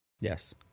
Yes